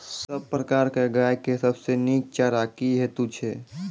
सब प्रकारक गाय के सबसे नीक चारा की हेतु छै?